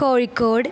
Kozhikode